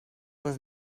was